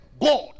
God